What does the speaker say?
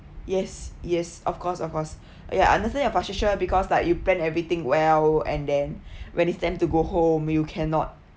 yes yes of course of course ya understand your frustration because like you plan everything well and then when it's time to go home you cannot